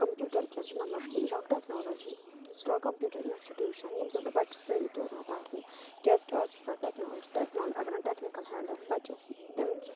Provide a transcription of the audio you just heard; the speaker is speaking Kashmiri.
کَمپیوٗٹَر کیٛاہ چھِ مطلب کہِ یہِ چھُکھ ٹٮ۪کنالجی سُہ چھُ کَمپیوٗٹَر اِنَسٹِٹیوٗشَن ییٚمہِ سۭتۍ بہٕ بَچہِ سٲری توران پَرنہِ کیٛازِکہِ اَز چھِ آسان ٹٮ۪کنالجی ٹٮ۪کنالجی اگر نہٕ ٹٮ۪کنِکَل ہینٛڈ آسہِ بَچَس تِم چھِ